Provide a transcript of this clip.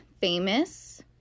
famous